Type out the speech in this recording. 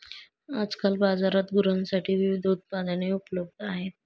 आजकाल बाजारात गुरांसाठी विविध उत्पादने उपलब्ध आहेत